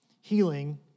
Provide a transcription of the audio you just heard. Healing